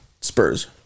Spurs